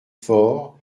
fort